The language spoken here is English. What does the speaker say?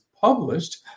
published